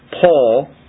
Paul